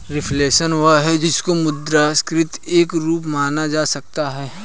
reflation वह है जिसको मुद्रास्फीति का एक रूप माना जा सकता है